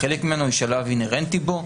חלק ממנו שלב אינהרנטי בו.